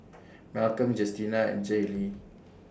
Malcom Justina and Jaylee